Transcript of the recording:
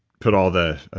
put all the, ah